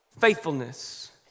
faithfulness